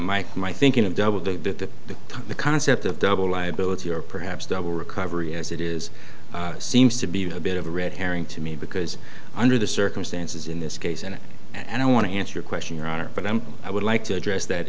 my my thinking of double the but the concept of double liability or perhaps double recovery as it is seems to be a bit of a red herring to me because under the circumstances in this case and and i want to answer your question your honor but i'm i would like to address that